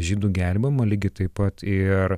žydų gelbėjimą lygiai taip pat ir